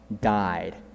died